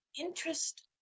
interest